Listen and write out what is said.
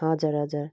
हजुर हजुर